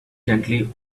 gently